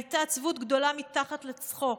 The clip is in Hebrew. הייתה עצבות גדולה מתחת לצחוק,